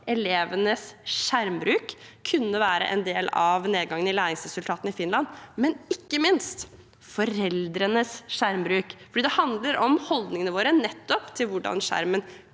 elevenes skjermbruk kunne være årsaken til en del av nedgangen i læringsresultatene i Finland, men ikke minst foreldrenes skjermbruk, for det handler om holdningene våre til hvordan skjermen